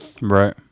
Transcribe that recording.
right